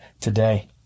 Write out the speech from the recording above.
today